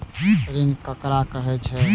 ऋण ककरा कहे छै?